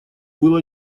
было